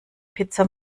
pizza